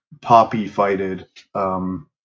poppy-fighted